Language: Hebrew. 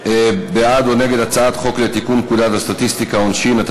בעד או נגד הצעת חוק לתיקון פקודת הסטטיסטיקה (עונשין),